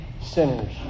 sinners